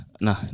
Nah